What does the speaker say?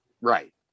Right